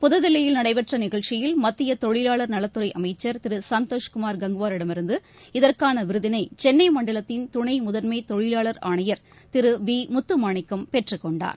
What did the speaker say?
புதுதில்லியில் நடைபெற்றநிகழ்ச்சியில் மத்தியதொழிலாளர் நலத்துறைஅமைச்சர் திருசந்தோஷ் குமார் கங்குவாரிடமிருந்து இதற்கானவிருதினைசென்னைமண்டலத்தின் துணைமுதன்மைதொழிலாளர் ஆணையர் திருமுத்துமாணிக்கம் பெற்றுக்கொண்டார்